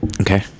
Okay